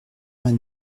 vingt